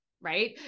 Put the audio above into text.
right